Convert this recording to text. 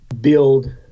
build